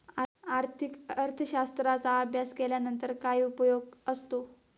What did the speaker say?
आर्थिक अर्थशास्त्राचा अभ्यास केल्यानंतर काय उपयोग असतो?